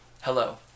hello